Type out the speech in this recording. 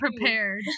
prepared